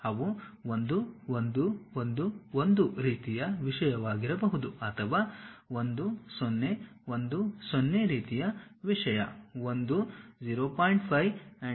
ಅವು 1 1 1 1 ರೀತಿಯ ವಿಷಯವಾಗಿರಬಹುದು ಅಥವಾ 1 0 1 0 ರೀತಿಯ ವಿಷಯ 1 0